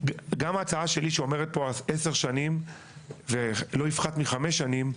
גם ההצעה שלי שאומרת פה עשר שנים ולא יפחת מחמש שנים,